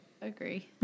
Agree